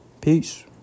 Peace